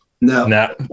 no